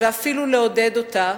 ואפילו לעודד אותה,